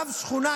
רב שכונה,